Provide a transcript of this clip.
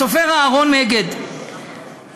הסופר אהרון מגד אמר,